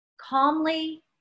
calmly